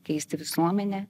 keisti visuomenę